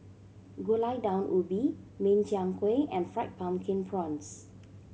Gulai Daun Ubi Min Chiang Kueh and Fried Pumpkin Prawns